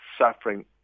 suffering